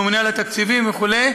הממונה על התקציבים וכו',